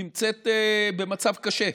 נמצאת במצב קשה,